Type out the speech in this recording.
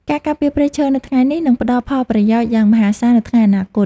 ការការពារព្រៃឈើនៅថ្ងៃនេះនឹងផ្តល់ផលប្រយោជន៍យ៉ាងមហាសាលនៅថ្ងៃអនាគត។